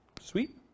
Sweet